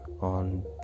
on